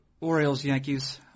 Orioles-Yankees